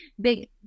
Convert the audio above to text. big